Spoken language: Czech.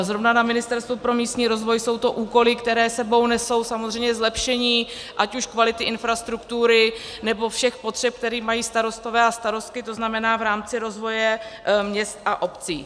Zrovna na Ministerstvu pro místní rozvoj jsou to úkoly, které s sebou nesou samozřejmě zlepšení ať už kvality infrastruktury, nebo všech potřeb, které mají starostové a starostky, to znamená v rámci rozvoje měst a obcí.